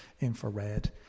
infrared